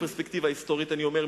מפרספקטיבה היסטורית אני אומר,